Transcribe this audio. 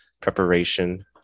preparation